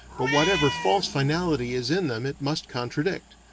but whatever false finality is in them it must contradict.